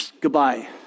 Goodbye